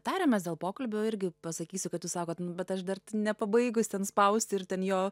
tariamės dėl pokalbio irgi pasakysiu kad jūs sakot nu bet aš dar t nepabaigus ten spausti ir ten jo